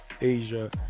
asia